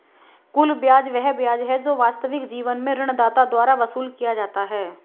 कुल ब्याज वह ब्याज है जो वास्तविक जीवन में ऋणदाता द्वारा वसूल किया जाता है